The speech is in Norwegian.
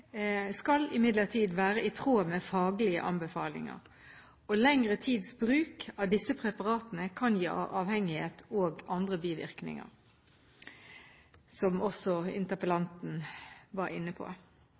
skal imidlertid være i tråd med faglige anbefalinger. Lengre tids bruk av disse preparatene kan gi avhengighet og andre bivirkninger – som også interpellanten var inne på.